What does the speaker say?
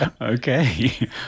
Okay